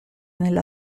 nella